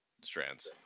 strands